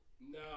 No